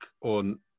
on